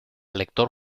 lector